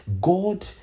God